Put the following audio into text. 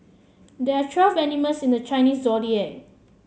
there are twelve animals in the Chinese Zodiac